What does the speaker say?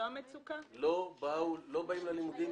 כל הילדים כאחד לא באים ללימודים?